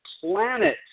planet